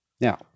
Now